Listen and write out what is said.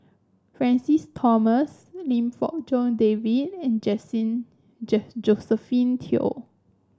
Francis Thomas Lim Fong Jock David and Josephine Teo